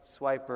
swiper